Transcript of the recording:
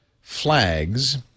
flags